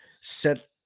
set